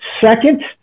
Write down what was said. second